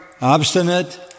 obstinate